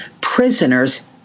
prisoners